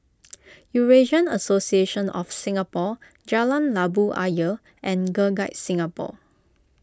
Eurasian Association of Singapore Jalan Labu Ayer and Girl Guides Singapore